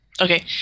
Okay